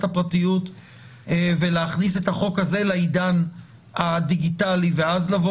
הפרטיות ולהכניס את החוק הזה לעידן הדיגיטלי ואז לבוא